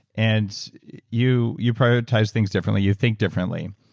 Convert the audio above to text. and you you prioritize things differently. you think differently,